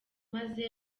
maze